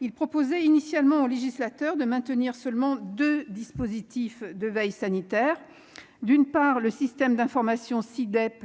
Il était initialement proposé au législateur de maintenir seulement deux dispositifs de veille sanitaire : d'une part, les systèmes d'information SI-DEP